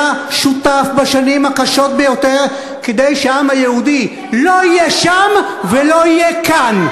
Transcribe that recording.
היה שותף בשנים הקשות ביותר כדי שהעם היהודי לא יהיה שם ולא יהיה כאן.